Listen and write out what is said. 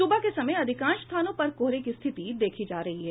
सुबह के समय अधिकांश स्थानों पर कोहरे की स्थिति देखी जा रही है